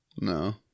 No